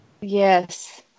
Yes